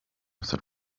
said